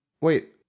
Wait